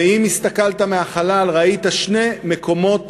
ואם הסתכלת מהחלל ראית שני מקומות